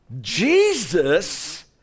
Jesus